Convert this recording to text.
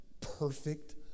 perfect